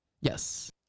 Yes